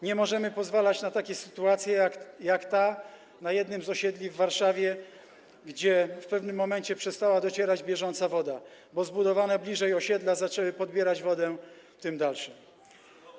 Nie możemy pozwalać na takie sytuacje, jak ta na jednym z osiedli w Warszawie, gdzie w pewnym momencie przestała docierać bieżąca woda, bo zbudowane bliżej osiedla zaczęły podbierać wodę tym dalszym osiedlom.